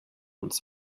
uns